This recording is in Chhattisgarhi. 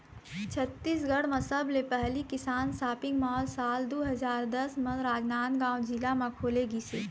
छत्तीसगढ़ म सबले पहिली किसान सॉपिंग मॉल साल दू हजार दस म राजनांदगांव जिला म खोले गिस हे